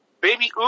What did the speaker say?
Baby